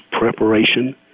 preparation